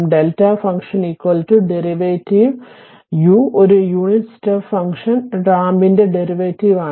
Δ function derivative U ഒരു unit step function റാമ്പിന്റെ derivative ആണ്